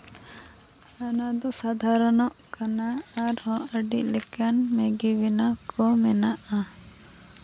ᱚᱱᱟᱫᱚ ᱥᱟᱫᱷᱟᱨᱚᱱᱚᱜ ᱠᱟᱱᱟ ᱟᱨᱦᱚᱸ ᱟᱹᱰᱤ ᱞᱮᱠᱟᱱ ᱢᱮᱜᱤ ᱵᱮᱱᱟᱣ ᱠᱚ ᱢᱮᱱᱟᱜᱼᱟ